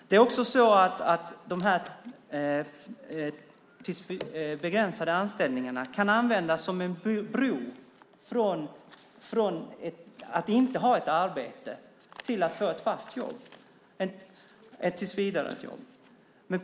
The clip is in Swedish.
De begränsade anställningarna kan dessutom användas som en bro från att inte ha ett arbete till att få ett fast jobb, en tillsvidareanställning.